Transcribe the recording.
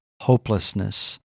hopelessness